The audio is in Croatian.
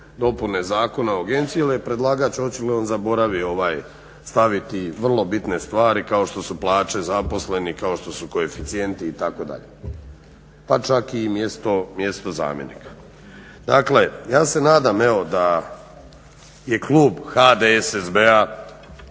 dopune Zakon o agenciji jer je predlagač očigledno zaboravio staviti vrlo bitne stvari kao što su plaće zaposlenih, kao što su koeficijenti itd. pa čak i mjesto zamjenika. Ja se nadam da je klub HDSSB-a